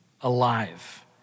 alive